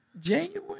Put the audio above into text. January